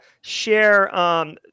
share